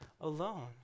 alone